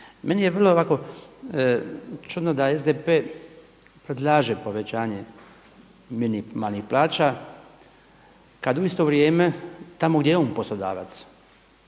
Meni je vrlo ovako čudno da SDP predlaže povećanje minimalnih plaća, kada u isto vrijeme tamo gdje je on poslodavac